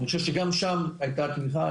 אני חושב שגם שם הייתה תמיכה,